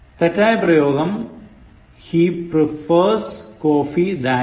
തെറ്റായ പ്രയോഗം He prefers coffee than tea